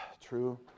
True